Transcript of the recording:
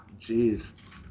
Jeez